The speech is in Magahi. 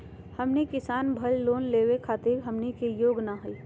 हमनी किसान भईल, लोन लेवे खातीर हमनी के योग्य हई नहीं?